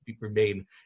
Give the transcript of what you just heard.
remain